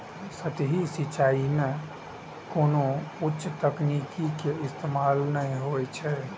सतही सिंचाइ मे कोनो उच्च तकनीक के इस्तेमाल नै होइ छै